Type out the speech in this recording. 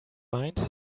mind